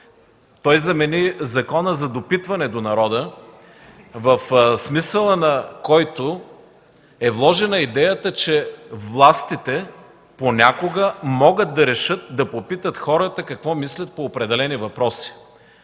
Той замени Закона за допитване до народа, в смисъла на който е вложена идеята, че властите понякога могат да решат да попитат хората какво мислят по определени въпроси.